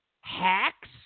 Hacks